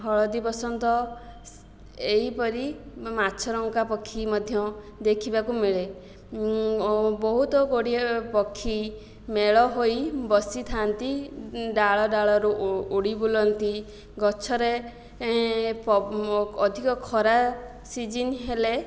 ହଳଦୀବସନ୍ତ ଏହିପରି ମାଛରଙ୍କା ପକ୍ଷୀ ମଧ୍ୟ ଦେଖିବାକୁ ମିଳେ ବହୁତଗୁଡ଼ିଏ ପକ୍ଷୀ ମେଳ ହୋଇ ବସିଥାନ୍ତି ଡାଳ ଡାଳରୁ ଉଡ଼ି ବୁଲନ୍ତି ଗଛରେ ଅଧିକ ଖରା ସିଜନ୍ ହେଲେ